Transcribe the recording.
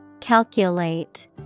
Calculate